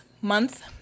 month